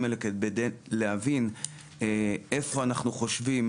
האלה כדי להבין איפה אנחנו חושבים